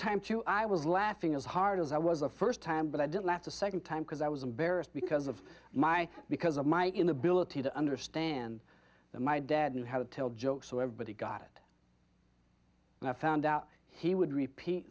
time i was laughing as hard as i was the first time but i didn't laugh a second time because i was embarrassed because of my because of my inability to understand that my dad knew how to tell jokes so everybody got it and i found out he would repeat